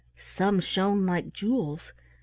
some shone like jewels,